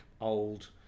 old